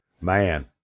man